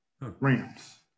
Rams